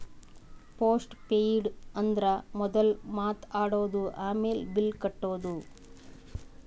post paid ಅಂದುರ್ ಮೊದುಲ್ ಮಾತ್ ಆಡದು, ಆಮ್ಯಾಲ್ ಬಿಲ್ ಕಟ್ಟದು